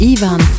Ivan